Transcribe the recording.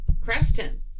creston